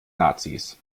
nazis